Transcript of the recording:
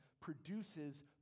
produces